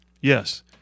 Yes